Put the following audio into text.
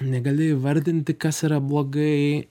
negali įvardinti kas yra blogai